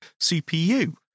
CPU